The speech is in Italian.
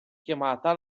chiamata